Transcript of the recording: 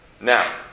Now